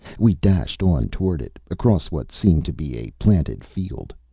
we dashed on toward it, across what seemed to be a planted field.